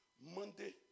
Monday